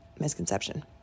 misconception